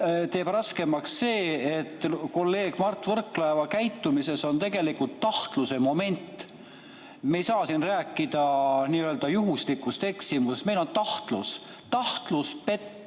teeb raskemaks see, et kolleeg Mart Võrklaeva käitumises on tegelikult tahtluse moment. Me ei saa siin rääkida nii‑öelda juhuslikust eksimusest, vaid meil on tahtlus: tahtlus petta